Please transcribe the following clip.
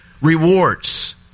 rewards